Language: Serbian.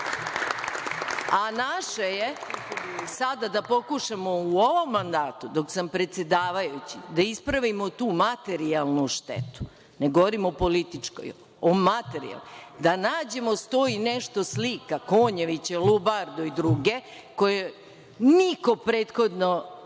A naše je sada da pokušamo u ovom mandatu, dok sam predsedavajući, da ispravimo tu materijalnu štetu. Ne govorim o političkoj, o materijalnoj, da nađemo 100 i nešto slika Konjevića, Lubardu i druge, koje niko prethodno